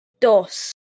DOS